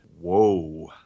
Whoa